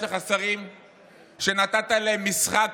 יש לך שרים שנתת להם משחק,